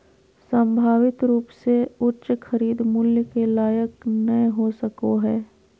संभावित रूप से उच्च खरीद मूल्य के लायक नय हो सको हइ